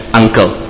uncle